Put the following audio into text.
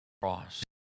Cross